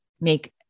make